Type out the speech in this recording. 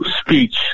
speech